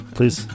Please